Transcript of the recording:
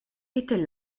était